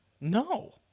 No